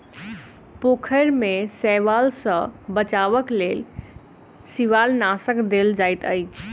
पोखैर में शैवाल सॅ बचावक लेल शिवालनाशक देल जाइत अछि